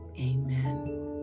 Amen